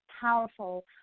powerful